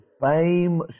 fame